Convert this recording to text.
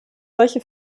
solche